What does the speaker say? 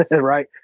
right